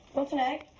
okay?